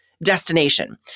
destination